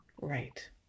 Right